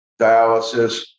dialysis